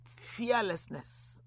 fearlessness